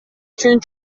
үчүн